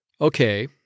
Okay